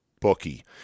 bookie